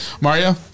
Mario